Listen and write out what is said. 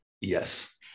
yes